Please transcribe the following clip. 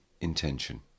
intention